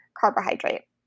carbohydrate